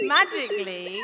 magically